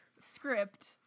script